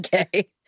okay